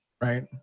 Right